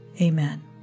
Amen